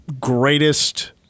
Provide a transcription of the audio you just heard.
greatest